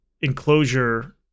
enclosure